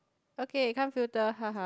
okay come filter haha